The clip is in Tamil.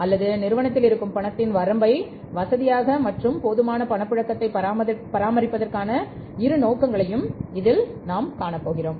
அல்லது நிறுவனத்தில் இருக்கும் பணத்தின் வரம்பைக் வசதியாக வைப்பது போதுமான பணப்புழக்கத்தை பராமரிப்பதற்கான இரு நோக்கங்களையும் இதில் காண்போம்